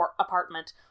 apartment